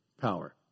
power